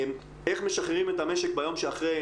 איך משחררים את המשק ביום שאחרי,